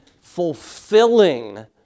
fulfilling